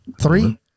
three